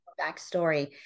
backstory